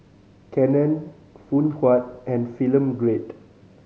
Canon Phoon Huat and Film Grade